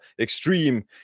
extreme